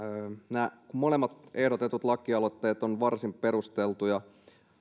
nämä molemmat ehdotetut lakialoitteet ovat varsin perusteltuja